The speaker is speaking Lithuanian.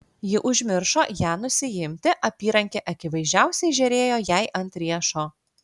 ji užmiršo ją nusiimti apyrankė akivaizdžiausiai žėrėjo jai ant riešo